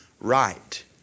right